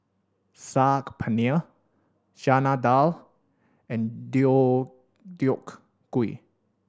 Saag Paneer Chana Dal and Deodeok Gui